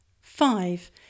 Five